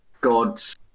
gods